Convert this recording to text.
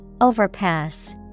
Overpass